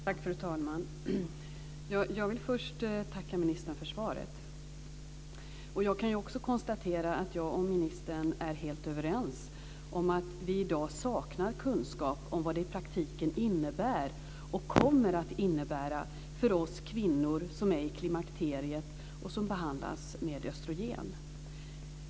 Fru talman! Jag vill först tacka ministern för svaret. Jag kan också konstatera att jag och ministern är helt överens om att vi i dag saknar kunskap om vad det i praktiken innebär och kommer att innebära för oss kvinnor som är i klimakteriet och som behandlas med östrogen.